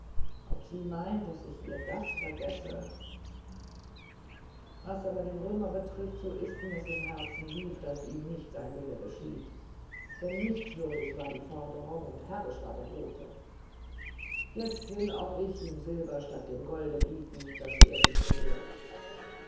ob sie meint daß ich ihr das vergesse was aber den römer betrifft so ist mir's im herzen lieb daß ihm nicht sein wille geschieht denn nichtswürdig war die forderung und herrisch war der bote jetzt will auch ich ihm silber statt dem gold bieten das er sich begehrt